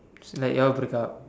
is like you all breakup